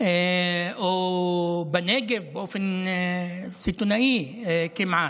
או בנגב, באופן סיטונאי כמעט.